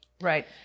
Right